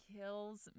kills